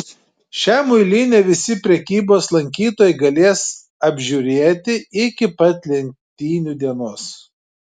šią muilinę visi prekybos centro lankytojai galės apžiūrėti iki pat lenktynių dienos